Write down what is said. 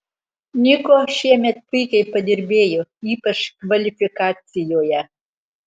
niko šiemet puikiai padirbėjo ypač kvalifikacijoje